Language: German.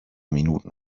minuten